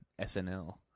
SNL